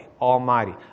Almighty